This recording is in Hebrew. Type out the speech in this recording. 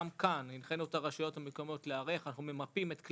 גם כאן הנחנו את הרשויות המקומיות להיערך.